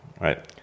right